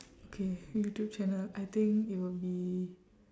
okay youtube channel I think it would be